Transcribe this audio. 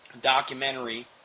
documentary